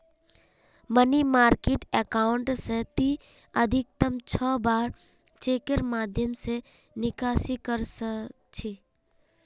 money market account स ती अधिकतम छह बार चेकेर माध्यम स निकासी कर सख छ